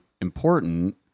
important